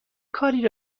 کاری